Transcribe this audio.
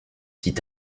dit